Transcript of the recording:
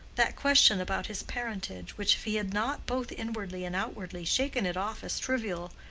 that question about his parentage, which if he had not both inwardly and outwardly shaken it off as trivial,